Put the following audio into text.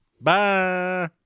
Bye